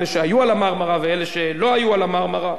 אלה שהיו על ה"מרמרה" ואלה שלא היו על ה"מרמרה".